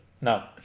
No